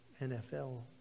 NFL